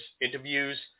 interviews